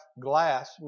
glass